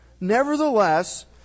Nevertheless